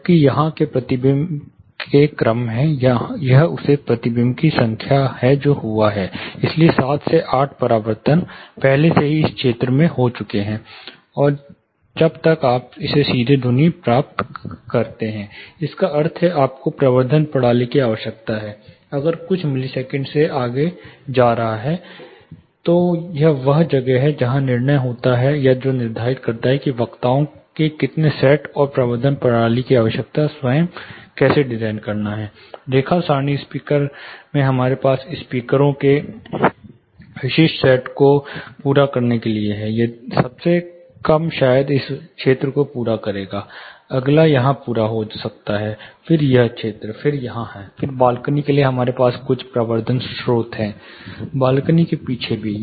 जबकि यहाँ ये परावर्तन के क्रम हैं यह उस परावर्तन की संख्या है जो हुआ है लगभग 7 से 8 परावर्तन पहले से ही इस क्षेत्र में हो चुके हैं जब तक आप सीधे ध्वनि प्राप्त करते हैं जिसका अर्थ है कि आपको प्रवर्धन प्रणाली की आवश्यकता है अगर यह कुछ मिलीसेकेंड से आगे जा रहा है यह वह जगह है जहां निर्णय होता है जो निर्धारित करता है कि वक्ताओं के कितने सेट और प्रवर्धन प्रणाली को स्वयं कैसे डिज़ाइन करना है रेखा सारणी स्पीकर में हमारे पास स्पीकर ओं के विशिष्ट सेट को पूरा करने के लिए है सबसे कम शायद इस क्षेत्र को पूरा करेगा अगला यहांपूरा हो सकता है फिर यह क्षेत्र फिर यहाँ फिर बालकनी के लिए हमारे पास कुछ प्रवर्धन स्रोत हैं बालकनी के पीछे भी